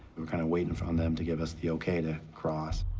we were kind of waiting for um them to give us the okay to cross.